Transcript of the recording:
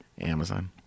Amazon